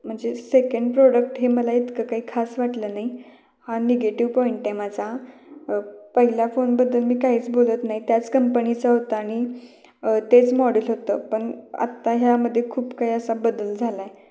म्हणजे second product हे मला इतकं काही खास वाटलं नाही हा निगेटिव्ह पॉइंट आहे माझा पहिल्या फोनबद्दल मी काहीच बोलत नाही त्याच कंपनीचा होता आणि तेच मॉडेल होतं पण आत्ता ह्यामध्ये खूप काही असा बदल झाला आहे